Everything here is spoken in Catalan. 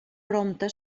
prompte